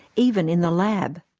even in the lab.